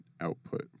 output